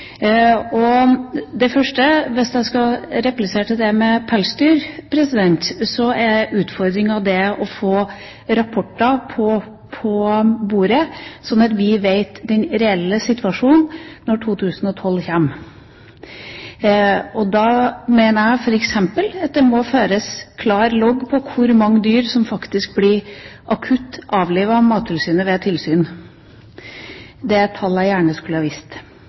teksten. Det første går på pelsdyr. Hvis jeg skal replisere til det med pelsdyr, så er utfordringen å få rapporter på bordet, slik at vi kjenner den reelle situasjonen når 2012 kommer. Da mener jeg f.eks. at det må føres en klar logg over hvor mange dyr som faktisk blir akutt avlivet av Mattilsynet ved tilsyn. Det er et tall jeg gjerne skulle ha visst.